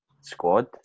squad